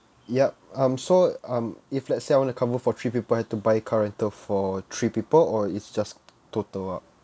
yup um so um if let's say I wanna cover for three people I have to buy car rental for three people or it's just total up